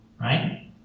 right